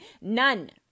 None